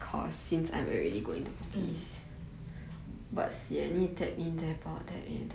mm